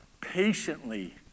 patiently